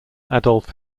adolf